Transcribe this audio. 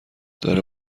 داره